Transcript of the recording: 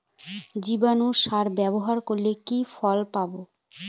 জীবাণু সার ব্যাবহার করলে কি কি ফল পাবো?